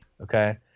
okay